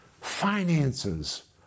finances